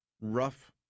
rough